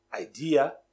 idea